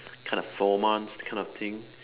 kind of four months kind of thing